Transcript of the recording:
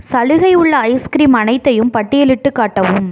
சலுகை உள்ள ஐஸ்கிரீம் அனைத்தையும் பட்டியலிட்டுக் காட்டவும்